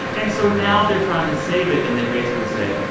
and so now they're trying to save it. and they basically said,